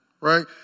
right